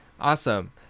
Awesome